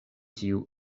tiu